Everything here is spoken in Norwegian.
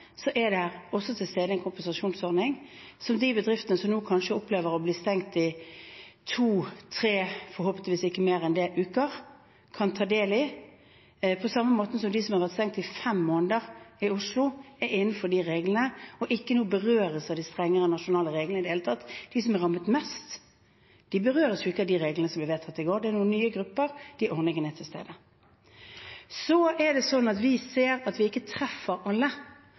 er det også til stede en kompensasjonsordning som de bedriftene som nå kanskje opplever å bli stengt i to–tre uker – forhåpentligvis ikke mer enn det – kan ta del i, på samme måten som at de som har vært stengt i fem måneder i Oslo, er innenfor de reglene og nå ikke berøres av de strengere nasjonale reglene i det hele tatt. De som er rammet mest, berøres jo ikke av de reglene som ble vedtatt i går. Det er noen nye grupper. De ordningene er til stede. Vi ser at vi ikke treffer alle.